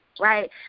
right